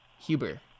huber